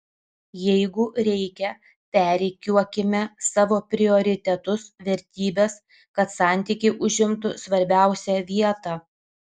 jeigu reikia perrikiuokime savo prioritetus vertybes kad santykiai užimtų svarbiausią vietą